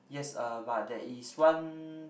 yes uh but there is one